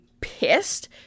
pissed